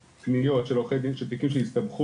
פניות של עורכי דין של תיקים שהסתבכו,